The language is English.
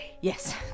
Yes